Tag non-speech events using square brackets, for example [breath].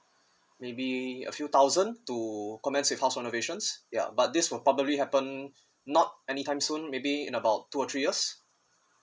maybe a few thousand to commence with house renovation ya but this will probably happen [breath] not anytime soon maybe in about two or three years